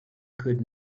could